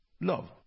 Love